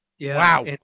wow